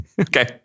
Okay